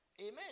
Amen